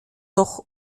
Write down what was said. doch